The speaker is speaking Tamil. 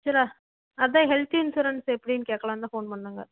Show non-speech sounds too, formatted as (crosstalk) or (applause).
(unintelligible) அதுதான் ஹெல்த் இன்சூரன்ஸ் எப்படின்னு கேட்கலான்னுதான் ஃபோன் பண்ணேங்க